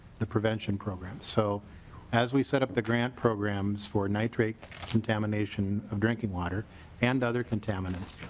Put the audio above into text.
the prevention program. so as we set up the grant programs for nitrate contamination of drinking water and other contaminants